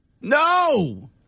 No